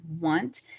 want